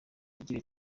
igira